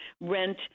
Rent